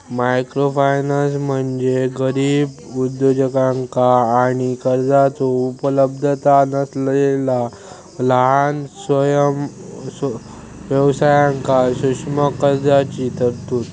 microfinance म्हणजे गरीब उद्योजकांका आणि कर्जाचो उपलब्धता नसलेला लहान व्यवसायांक सूक्ष्म कर्जाची तरतूद